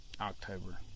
October